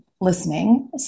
listening